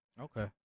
Okay